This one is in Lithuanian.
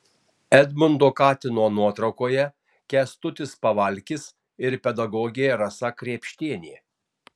edmundo katino nuotraukoje kęstutis pavalkis ir pedagogė rasa krėpštienė